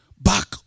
back